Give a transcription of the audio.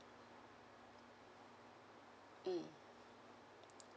mm